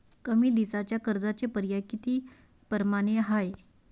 कमी दिसाच्या कर्जाचे पर्याय किती परमाने हाय?